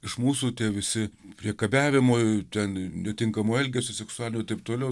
iš mūsų tie visi priekabiavimo ten netinkamo elgesio seksualinio ir taip toliau